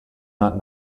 not